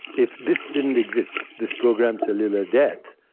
if this didn't exist, this programmed cellular death,